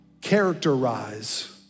characterize